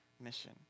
mission